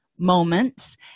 moments